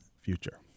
future